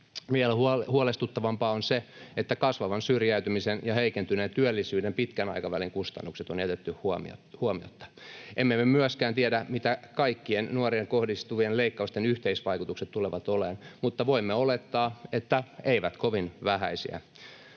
Vielä huolestuttavampaa on se, että kasvavan syrjäytymisen ja heikentyneen työllisyyden pitkän aikavälin kustannukset on jätetty huomiotta. Emme me myöskään tiedä, mitä kaikkien nuoriin kohdistuvien leikkausten yhteisvaikutukset tulevat olemaan, mutta voimme olettaa, että eivät kovin vähäisiä.